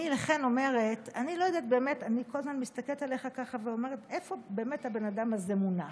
אני כל הזמן מסתכלת עליך ככה ואומרת: איפה הבן אדם הזה מונח?